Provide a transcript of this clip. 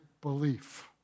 belief